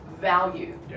value